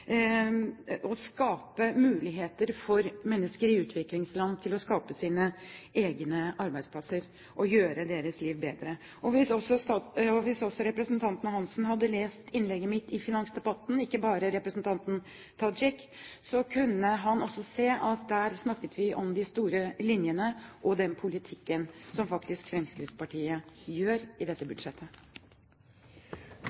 å gi muligheter for mennesker i utviklingsland til å skape sine egne arbeidsplasser og gjøre livet sitt bedre. Hvis representanten Hansen hadde lest innlegget mitt i finansdebatten – og ikke bare representanten Tajik – kunne han også sett at der snakket vi om de store linjene og den politikken som faktisk Fremskrittspartiet har i dette